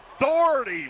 authority